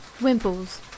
Wimples